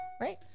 Right